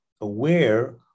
aware